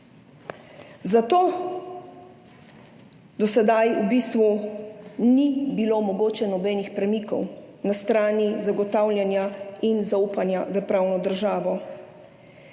Zato do sedaj v bistvu ni bilo mogočih nobenih premikov na strani zagotavljanja in zaupanja v pravno državo.